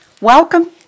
Welcome